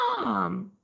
mom